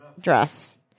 dress